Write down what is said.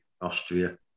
Austria